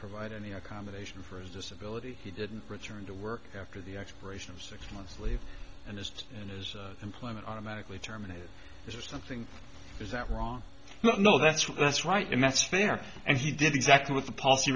provide any accommodation for his disability he didn't return to work after the expiration of six months leave and is in his employment automatically terminated or something is that wrong no that's what that's right and that's fair and he did exactly what the policy